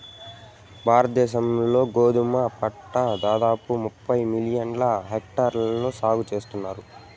భారత దేశం లో గోధుమ పంట దాదాపు ముప్పై మిలియన్ హెక్టార్లలో సాగు చేస్తన్నారు